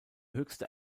höchste